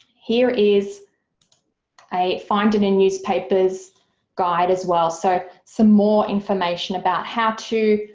here is a finding in newspapers guide as well so some more information about how to,